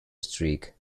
streak